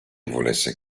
volesse